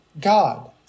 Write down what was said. God